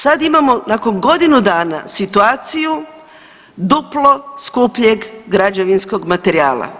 Sad imamo nakon godinu dana situaciju duplo skupljeg građevinskog materijala.